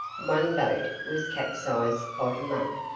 one boat was capsized bottom up,